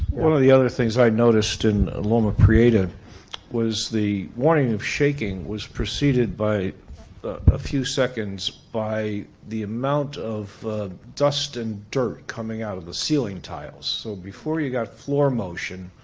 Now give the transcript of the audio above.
one of the other things i noticed in loma prieta was the warning of shaking was preceded by a ah few seconds by the amount of dust and dirt coming out of the ceiling tiles. so, before you got floor motion,